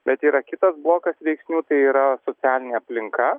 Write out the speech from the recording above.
bet yra kitas blokas veiksnių tai yra socialinė aplinka